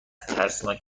ترسناک